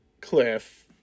Cliff